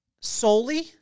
solely